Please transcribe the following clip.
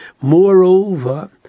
Moreover